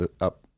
up